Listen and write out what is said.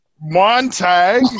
Montag